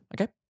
Okay